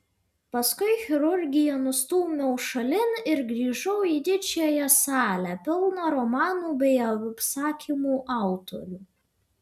paskui chirurgiją nustūmiau šalin ir grįžau į didžiąją salę pilną romanų bei apsakymų autorių